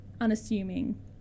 unassuming